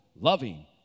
loving